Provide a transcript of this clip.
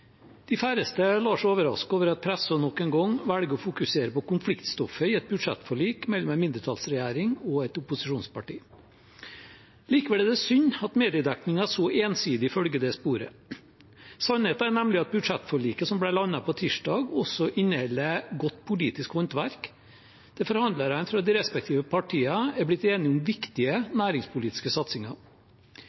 De færreste lar seg overraske over at pressen nok en gang velger å fokusere på konfliktstoffet i et budsjettforlik mellom en mindretallsregjering og et opposisjonsparti. Likevel er det synd at mediedekningen så ensidig følger det sporet. Sannheten er nemlig at budsjettforliket som ble landet på tirsdag, også inneholder godt politisk håndverk, der forhandlerne fra de respektive partiene er blitt enige om viktige næringspolitiske satsinger.